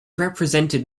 represented